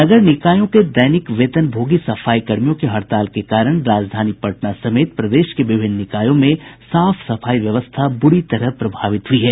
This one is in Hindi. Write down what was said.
नगर निकायों के दैनिक वेतनभोगी सफाई कर्मियों की हड़ताल के कारण राजधानी पटना समेत प्रदेश के विभिन्न निकायों में साफ सफाई व्यवस्था बूरी तरह प्रभावित हुई है